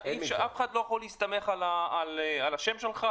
אף אחד לא יכול להסתמך על השם שלך,